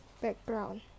background